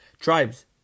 tribes